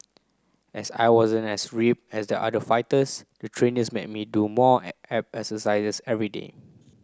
as I wasn't as ripped as the other fighters the trainers made me do more abs exercises everyday